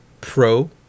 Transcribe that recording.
pro